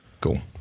cool